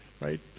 right